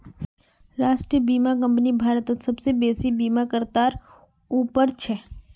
राष्ट्रीय बीमा कंपनी भारतत सबसे बेसि बीमाकर्तात उपर छ